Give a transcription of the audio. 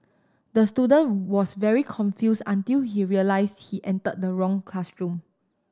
the student was very confused until he realised he entered the wrong classroom